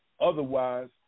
otherwise